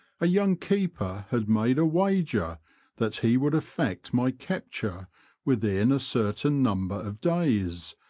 a young keeper had made a wager that he would effect my capture within a certain num ber of days,